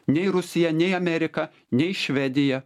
nei rusija nei amerika nei švedija